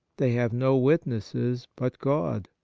they have no witnesses but god.